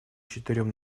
четырем